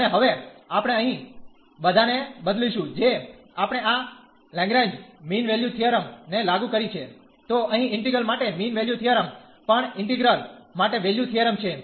અને હવે આપણે અહીં બધાને બદલીશું જે આપણે આ લગ્રરેંજ મીન વેલ્યુ થીયરમ ને લાગુ કરી છે તો અહીં ઈન્ટિગ્રલ માટે મીન વેલ્યુ થીયરમ પણ ઈન્ટિગ્રલ માટે વેલ્યુ થીયરમ છે